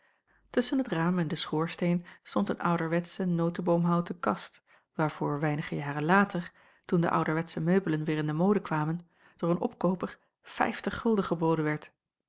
tusschen het raam en den schoorsteen stond een ouderwetsche noteboomhouten kast waarvoor weinige jaren later toen de ouderwetsche meubelen weêr in de mode kwamen door een opkooper vijftig gulden geboden werd